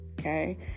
okay